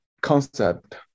concept